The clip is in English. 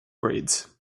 breeds